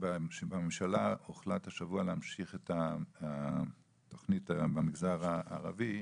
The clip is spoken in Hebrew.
בממשלה הוחלט השבוע להמשיך את התוכנית במגזר הערבי,